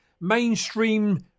mainstream